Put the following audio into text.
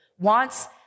wants